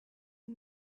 and